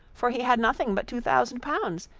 for he had nothing but two thousand pounds,